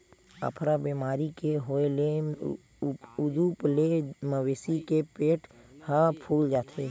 अफरा बेमारी के होए ले उदूप ले मवेशी के पेट ह फूल जाथे